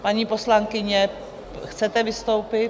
Paní poslankyně, chcete vystoupit?